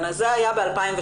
אבל זה היה ב-2017.